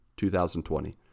2020